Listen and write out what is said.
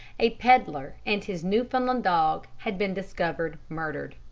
a pedlar and his newfoundland dog had been discovered murdered.